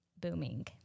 booming